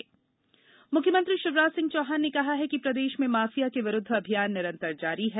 mafia अभियान मुख्यमंत्री श्री शिवराज सिंह चौहान ने कहा है कि प्रदेश में माफिया के विरुद्ध अभियान निरंतर जारी है